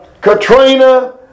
Katrina